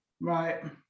right